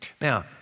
Now